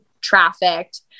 trafficked